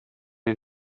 den